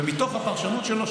ומתוך הפרשנות שלו,